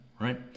Right